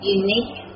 unique